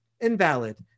invalid